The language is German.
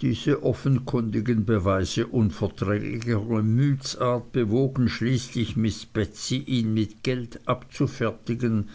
diese offenkundigen beweise unverträglicher gemütsart bewogen schließlich miß betsey ihn mit geld abzufertigen